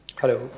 Hello